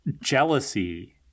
jealousy